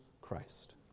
Christ